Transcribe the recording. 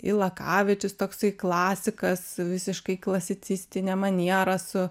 ilakavičius toksai klasikas visiškai klasicistine maniera su